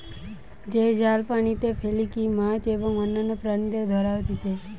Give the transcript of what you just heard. যে জাল পানিতে ফেলিকি মাছ এবং অন্যান্য প্রাণীদের ধরা হতিছে